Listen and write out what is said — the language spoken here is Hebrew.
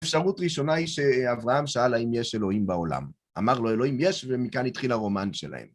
אפשרות ראשונה היא שאברהם שאל האם יש אלוהים בעולם. אמר לו, אלוהים יש, ומכאן התחיל הרומן שלהם.